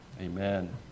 Amen